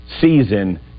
season